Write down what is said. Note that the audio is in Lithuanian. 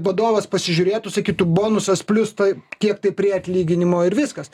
vadovas pasižiūrėtų sakytų bonusas plius tai kiek tai prie atlyginimo ir viskas